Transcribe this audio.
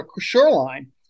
shoreline